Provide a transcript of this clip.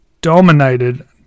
dominated